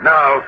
Now